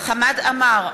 חמד עמאר,